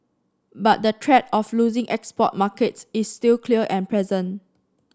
but the threat of losing export markets is still clear and present